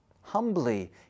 Humbly